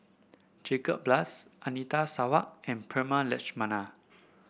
Jacob Ballas Anita Sarawak and Prema Letchumanan